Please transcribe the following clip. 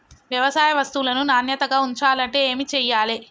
వ్యవసాయ వస్తువులను నాణ్యతగా ఉంచాలంటే ఏమి చెయ్యాలే?